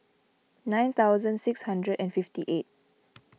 nine thousand six hundred and fifty eight